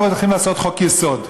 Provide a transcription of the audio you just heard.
הולכים לעשות חוק-יסוד,